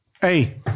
hey